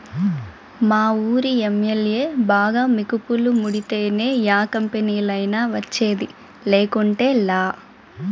మావూరి MLA బాగా మికుపులు ముడితేనే యా కంపెనీలైనా వచ్చేది, లేకుంటేలా